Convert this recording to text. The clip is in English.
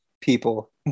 people